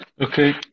Okay